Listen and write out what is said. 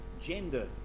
gender